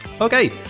Okay